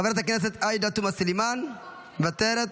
חברת הכנסת עאידה תומא סלימאן, מוותרת,